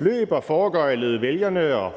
løb og foregøglede vælgerne